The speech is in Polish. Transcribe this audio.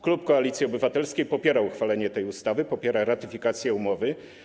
Klub Koalicji Obywatelskiej popiera uchwalenie tej ustawy, popiera ratyfikację umowy.